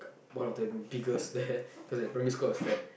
one of the biggest there cause like primary school I was fat